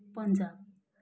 Punjab